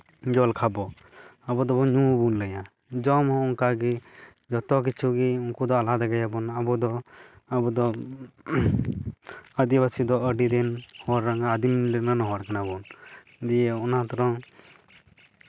ᱡᱚᱞ ᱠᱷᱟᱵᱚ ᱟᱵᱚ ᱫᱚ ᱧᱩ ᱵᱚᱱ ᱞᱟᱹᱭᱟ ᱡᱚᱢ ᱦᱚᱸ ᱚᱱᱠᱟᱜᱮ ᱡᱚᱛᱚ ᱠᱤᱪᱷᱩ ᱜᱮ ᱩᱱᱠᱩ ᱫᱚ ᱟᱞᱟᱫᱟ ᱜᱮᱭᱟᱵᱚᱱ ᱟᱵᱚ ᱫᱚ ᱟᱵᱚ ᱫᱚ ᱟᱹᱫᱤᱵᱟᱹᱥᱤ ᱫᱚ ᱟᱹᱰᱤ ᱨᱮᱱ ᱦᱚᱲ ᱞᱮᱠᱟ ᱟᱹᱫᱤᱢ ᱨᱮᱱ ᱦᱚᱲ ᱠᱟᱱᱟ ᱵᱚᱱ ᱫᱤᱭᱮ ᱚᱱᱟ ᱛᱮᱲᱚᱝ